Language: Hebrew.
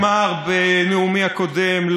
כמו שנאמר בנאומי הקודם,